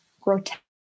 grotesque